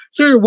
Sir